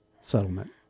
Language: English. settlement